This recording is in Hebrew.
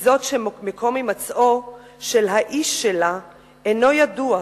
היא זו שמקום הימצאו של האיש שלה אינו ידוע